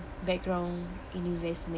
background in investment